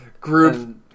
Group